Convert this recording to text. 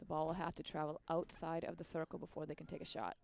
the ball have to travel outside of the circle before they can take a shot